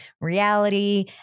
reality